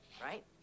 right